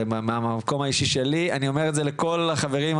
זה היה מהמקום האישי שלי ואני אומר את זה לכל החברים,